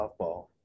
softball